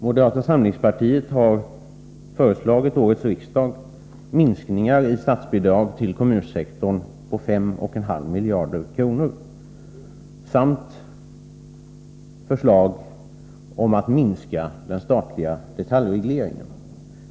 Moderata samlingspartiet har föreslagit årets riksdag minskningar i statsbidragen till kommunsektorn på 5,5 miljarder kronor samt minskning av den statliga detaljregleringen.